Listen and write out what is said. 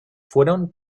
fueron